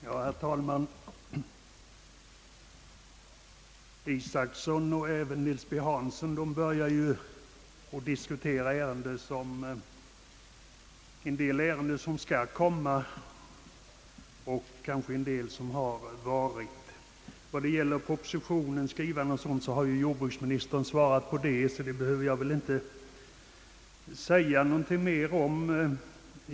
Herr talman! Herr Isacson och herr Nils Hansson börjar diskutera en del ärenden som skall komma och kanske några som har varit. Vad gäller propositionens skrivning och sådant har jordbruksministern redan svarat, så det behöver jag väl inte säga något mera om.